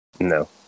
No